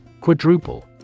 Quadruple